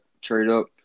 trade-up